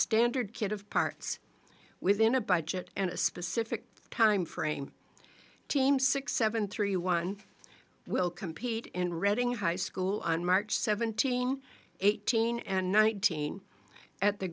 standard kit of parts within a budget and a specific time frame team six seven three one will compete in reading high school on march seventeen eighteen and nineteen at the